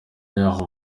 yaho